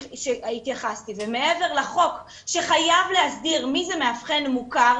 שהתייחסתי ומעבר לחוק שחייב להסדיר מי זה מאבחן מוכר,